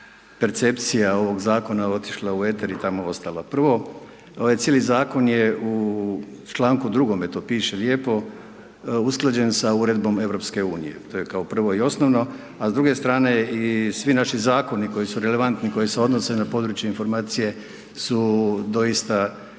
percepcija ovog zakona otišla u eter i tamo ostala. Prvo, ovaj cijeli zakon je u čl. 2. to piše lijepo, usklađen sa Uredbom EU, to je kao prvo i osnovno, a s druge strane svi naši zakoni, koji su relevantni koji se odnose na područje informacije su doista